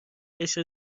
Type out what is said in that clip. قشر